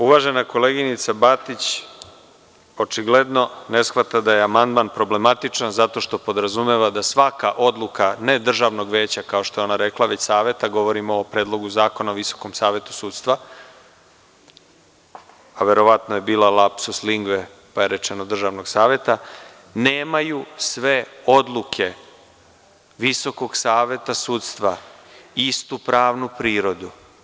Uvažena koleginica Batić očigledno ne shvata da je amandman problematičan zato što podrazumeva da svaka odluka, ne državnog veća kao što je ona rekla, već saveta, govorimo o Predlogu zakona o Visokom savetu sudstva, verovatno je bila lapsus lingve, pa je rečeno državnog saveta, nemaju sve odluke Visokog saveta sudstva istu pravnu prirodu.